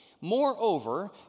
Moreover